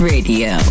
Radio